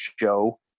show